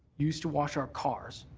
used to wash our cars,